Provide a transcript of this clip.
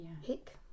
hick